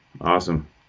awesome